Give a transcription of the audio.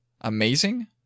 Amazing